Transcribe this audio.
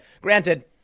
Granted